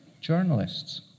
journalists